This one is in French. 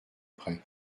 près